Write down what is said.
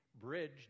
bridge